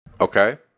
Okay